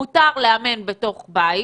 מותר לאמן בתוך בית,